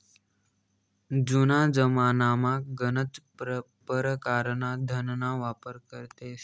जुना जमानामा गनच परकारना धनना वापर करेत